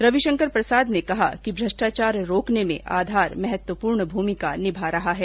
रविशंकर प्रसाद ने कहा कि भ्रष्टाचार रोकने में आधार महत्वपूर्ण भूमिका निभा रहा है